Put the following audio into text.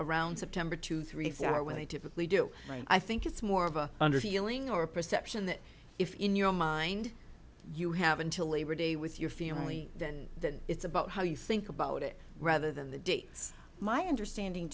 around september two three exams where they typically do i think it's more of a under feeling or a perception that if in your mind you have until labor day with your family then that it's about how you think about it rather than the dates my understanding